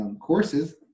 courses